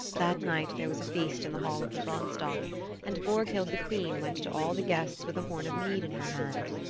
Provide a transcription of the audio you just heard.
that night there was a feast in the hall of the branstock and borghild the queen went to all the guests with a horn of mead in her hand.